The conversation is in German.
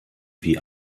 wie